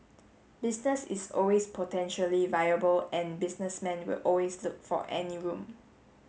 business is always potentially viable and businessmen will always look for any room